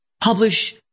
publish